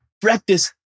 practice